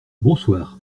bonsoir